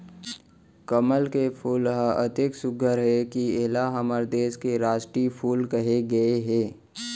कमल के फूल ह अतेक सुग्घर हे कि एला हमर देस के रास्टीय फूल कहे गए हे